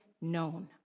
known